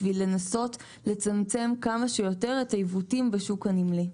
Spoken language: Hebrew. בשביל לנסות ולצמצם כמה שיותר את העיוותים בשוק הנמלי.